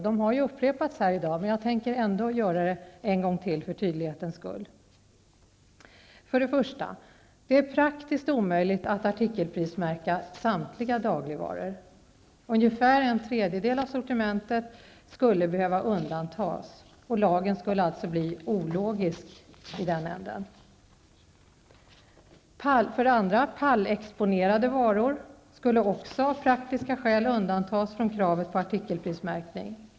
De har upprepats här i dag, men jag tänker ändå göra det en gång till, för tydlighetens skull. 1. Det är praktiskt omöjligt att artikelprismärka samtliga dagligvaror. Ungefär en tredjedel av sortimentet skulle behöva undantas, och lagen skulle alltså bli ologisk i den änden. 2. Pallexponerade varor skulle också av praktiska skäl undantas från kravet på artikelprismärkning.